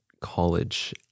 college